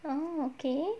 oh okay